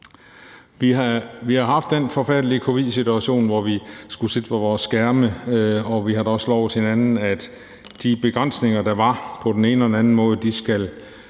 Vi har haft den her forfærdelige covid-19-situation, hvor vi skulle sidde ved vores skærme, og vi har da også lovet hinanden, at de begrænsninger, der var på den ene eller anden måde, skal